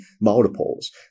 multiples